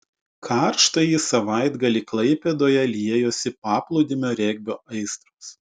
karštąjį savaitgalį klaipėdoje liejosi paplūdimio regbio aistros